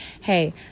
Hey